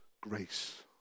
grace